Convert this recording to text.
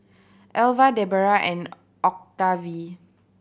Elva Debera and Octavie